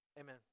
Amen